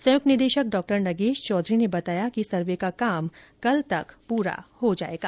संयुक्त निदेशक डॉ नगेश चौधरी ने बताया कि सर्वे का काम कल तक पूरा हो जाएगा